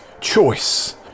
choice